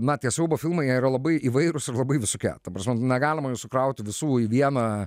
na tie siaubo filmai jie yra labai įvairūs ir labai visokie ta prasme negalima jų sukrauti visų į vieną